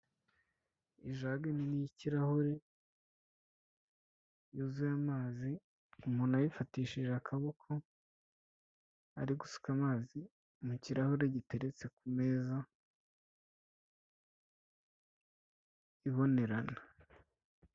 Ijage nini y'ikirahure yuzuye amazi, umuntu ayifatishije akaboko, ari gusuka amazi mu kirahure giteretse ku meza ibonerana.